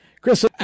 Chris